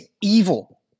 evil